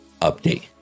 update